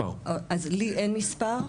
לי אין מספר.